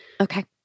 Okay